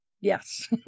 Yes